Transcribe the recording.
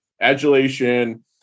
adulation